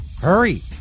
Hurry